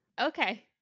Okay